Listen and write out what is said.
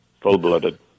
Full-blooded